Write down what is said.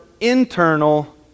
Internal